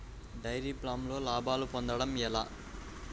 Dairy ఫామ్లో లాభాలు పొందడం ఎలా?